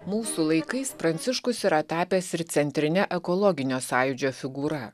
mūsų laikais pranciškus yra tapęs ir centrine ekologinio sąjūdžio figūra